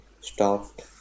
stopped